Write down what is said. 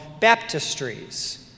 baptistries